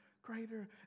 greater